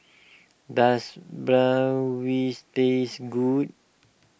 does Bratwurst taste good